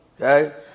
Okay